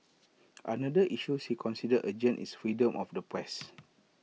another issue she consider urgent is freedom of the press